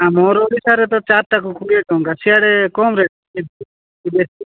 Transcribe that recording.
ଆମର ଓଡ଼ିଶାରେ ତ ଚାରିଟାକୁ କୋଡ଼ିଏ ଟଙ୍କା ସିଆଡ଼େ କମ୍ ରେଟ୍